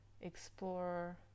explore